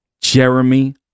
Jeremy